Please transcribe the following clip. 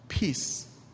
peace